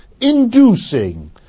inducing